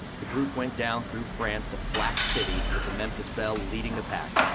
the group went down through france to flak city with the memphis belle leading the pack.